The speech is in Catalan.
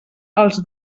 als